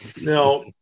Now